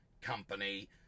company